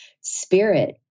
spirit